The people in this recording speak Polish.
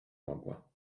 mogła